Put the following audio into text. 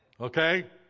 Okay